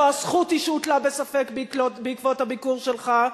לא הזכות היא שהוטלה בספק בעקבות הביקור שלך,